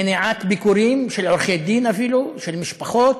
מניעת ביקורים של עורכי-דין אפילו, של משפחות.